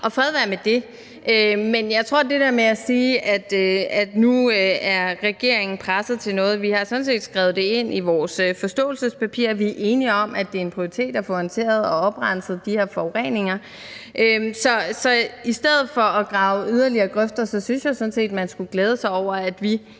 og fred være med det. For det andet til det der med at sige, at nu er regeringen blevet presset til noget: Vi har sådan set skrevet det ind i vores forståelsespapir, at vi er enige om, at det er en prioritet at få håndteret og oprenset de her forureninger. Så i stedet for at grave yderligere grøfter synes jeg sådan set, at man skulle glæde os over, at vi